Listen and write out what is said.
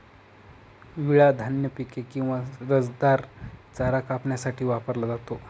विळा धान्य पिके किंवा रसदार चारा कापण्यासाठी वापरला जातो